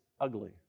ugly